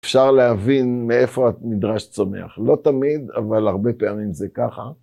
אפשר להבין מאיפה המדרש צומח, לא תמיד, אבל הרבה פעמים זה ככה.